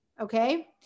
Okay